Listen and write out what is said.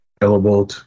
available